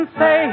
say